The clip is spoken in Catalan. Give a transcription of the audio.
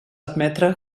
admetre